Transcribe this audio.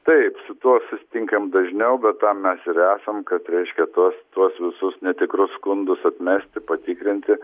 taip su tuo susitinkam dažniau bet tam mes ir esam kad reiškia tuos tuos visus netikrus skundus atmesti patikrinti